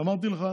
אמרתי לך